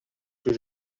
que